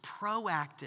proactive